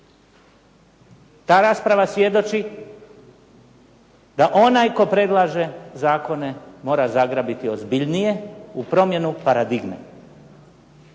Ta rasprava svjedoči da onaj tko predlaže zakone mora zagrabiti ozbiljnije u promjenu paradigme.